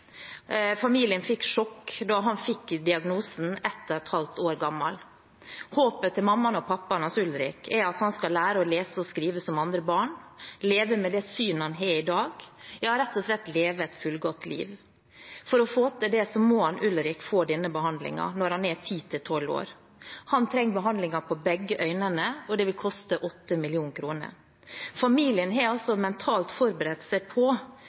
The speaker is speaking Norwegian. Familien fikk sjokk da han fikk diagnosen ett og et halvt år gammel. Håpet til mammaen og pappaen til Ulrik er at han skal lære å lese og skrive som andre barn, leve med det synet han har i dag, ja, rett og slett leve et fullgodt liv. For å få til det må Ulrik få denne behandlingen når han er ti–tolv år. Han trenger behandlingen på begge øynene, og det vil koste 8 mill. kr. Familien har altså mentalt forberedt seg på